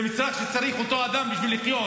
זה מצרך שאדם צריך אותו בשביל לחיות.